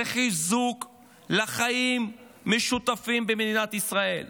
זה חיזוק לחיים משותפים במדינת ישראל.